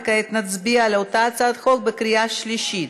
וכעת נצביע על אותה הצעת חוק בקריאה שלישית.